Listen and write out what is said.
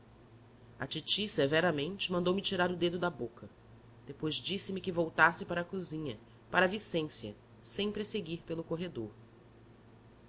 titi severamente mandou-me tirar o dedo da boca depois disse-me que voltasse para a cozinha para a vicência sempre a seguir pelo corredor